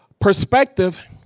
perspective